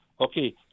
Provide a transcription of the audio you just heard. Okay